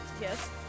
Yes